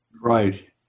Right